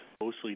mostly